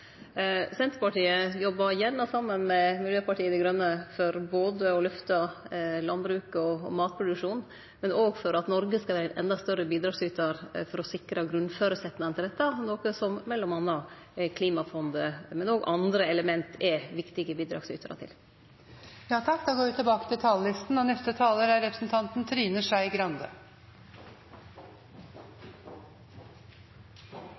Senterpartiet jobbar gjerne saman med Miljøpartiet Dei Grøne for å løfte både landbruket og matproduksjonen, men òg for at Noreg skal vere ein endå større bidragsytar for å sikre grunnføresetnaden til dette, noko som m.a. Klimafondet og andre element er viktige bidragsytarar til. Replikkordskiftet er omme. Vi er i en internasjonal politisk situasjon der verden rundt oss er i store endringer. Norges forhold til Russland og